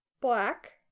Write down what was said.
Black